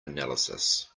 analysis